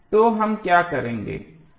तो हम क्या करेंगे